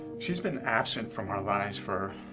she's been absent from our lives for